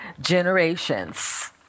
generations